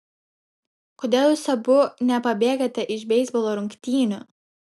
kodėl jūs abu nepabėgate iš beisbolo rungtynių